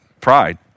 pride